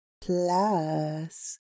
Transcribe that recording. Plus